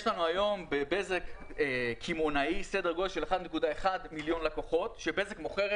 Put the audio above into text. יש לנו היום בבזק קמעונאי סדר גודל של 1.1 מיליון לקוחות שבזק מוכרת